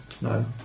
no